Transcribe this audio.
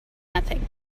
nothing